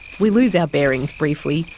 we lose our bearings briefly,